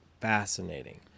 fascinating